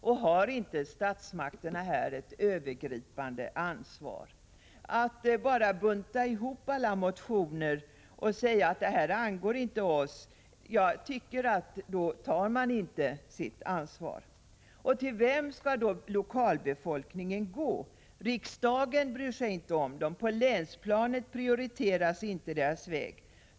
Och har inte statsmakterna här ett övergripande ansvar? Nu bara buntar man ihop alla motioner och säger: Det här angår inte oss. Jag tycker att då tar man inte sitt ansvar. Till vem skall de som tillhör lokalbefolkningen gå? Riksdagen bryr sig inte om dem. På länsplanet prioriteras inte deras väg.